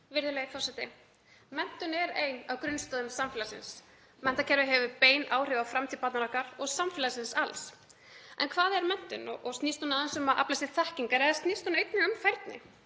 Virðulegur forseti. Menntun er ein af grunnstoðum samfélagsins. Menntakerfið hefur bein áhrif á framtíð barnanna okkar og samfélagsins alls. En hvað er menntun? Snýst hún aðeins um að afla sér þekkingar eða snýst hún einnig um færni?